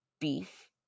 beef